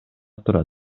турат